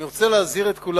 אני רוצה להזהיר את כולנו,